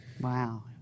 Wow